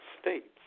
states